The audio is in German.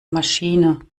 maschine